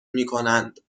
میکنند